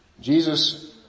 Jesus